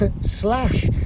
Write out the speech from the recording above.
Slash